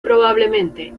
probablemente